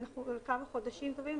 כמה חודשים טובים